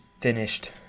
finished